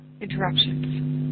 interruptions